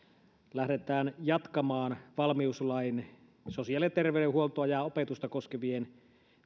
lähdetään jatkamaan valmiuslain sosiaali ja terveydenhuoltoa ja opetusta koskevien